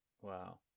wow